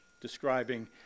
describing